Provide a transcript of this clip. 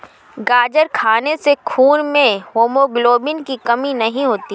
गाजर खाने से खून में हीमोग्लोबिन की कमी नहीं होती